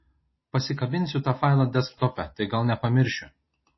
pasikabinsiu tą failą desktope tai gal nepamiršiu